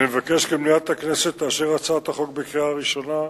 אני מבקש כי מליאת הכנסת תאשר את הצעת החוק בקריאה ראשונה,